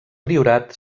priorat